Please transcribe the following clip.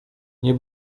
nie